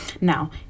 Now